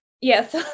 yes